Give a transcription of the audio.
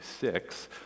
six